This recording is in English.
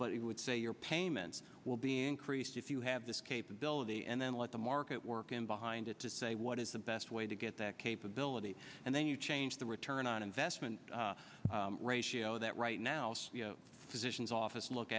but it would say your payments will being creased if you have this capability and then let the market work in behind it to say what is the best way to get that capability and then you change the return on investment ratio that right now so physicians office look